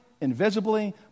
invisibly